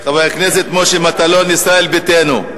חבר הכנסת משה מטלון מישראל ביתנו.